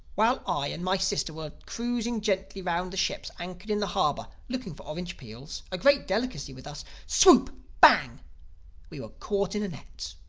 while i and my sister were cruising gently round the ships anchored in the harbor looking for orange-peels, a great delicacy with us swoop! bang we were caught in a net.